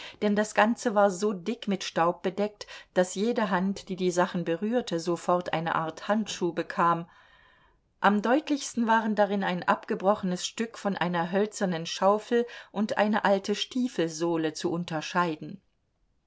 denn das ganze war so dick mit staub bedeckt daß jede hand die die sachen berührte sofort eine art handschuh bekam am deutlichsten waren darin ein abgebrochenes stück von einer hölzernen schaufel und eine alte stiefelsohle zu unterscheiden